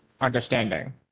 understanding